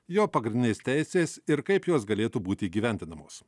jo pagrindinės teisės ir kaip jos galėtų būti įgyvendinamos